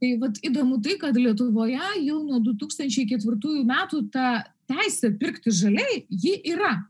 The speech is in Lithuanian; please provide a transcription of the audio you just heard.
tai vat įdomu tai kad lietuvoje jau nuo du tūkstančiai ketvirtųjų metų ta teisė pirkti žaliai ji yra